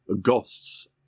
Ghosts